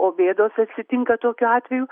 o bėdos atsitinka tokiu atveju